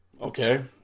Okay